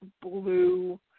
blue